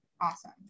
Awesome